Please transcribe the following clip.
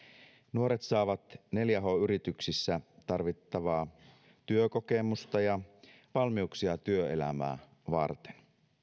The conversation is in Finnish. nuoret saavat neljä h yrityksissä tarvittavaa työkokemusta ja valmiuksia työelämää varten